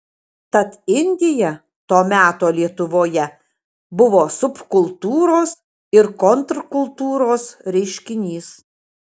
tad indija to meto lietuvoje buvo subkultūros ir kontrkultūros reiškinys